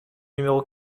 numéro